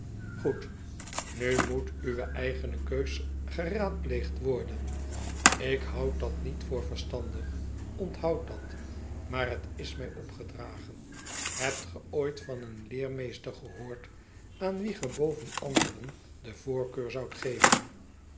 goed nu moet uwe eigene keus geraadpleegd worden ik houd dat niet voor verstandig onthoud dat maar het is mij opgedragen hebtge ooit van een ieermeester gehoord aan wien ge boven anderen de voorkeur zoudt geven